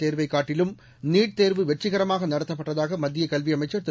தேர்வைக் காட்டிலும் நீட் தேர்வு வெற்றிகரமாக நடத்தப்பட்டதாக மத்திய கல்வி அமைச்சர் திரு